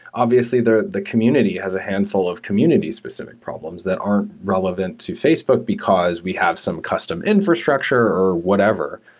obviously, the the community as a handful of community specific problems that aren't re levant to facebook because we have some custom infrastructure or whatever.